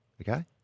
okay